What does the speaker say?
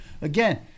again